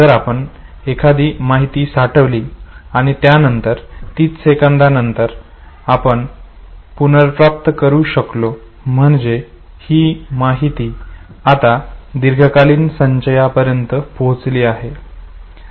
जर आपण एखादी माहिती साठवली आणि त्या नंतर 30 सेकंदानंतर ही आपण पुनर्प्राप्त करू शकलो म्हणजे ही माहिती आता दीर्घकालीन संचयापर्यंत पोहोचली आहे